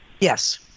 Yes